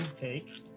take